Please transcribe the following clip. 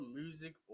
music